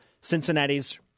Cincinnati's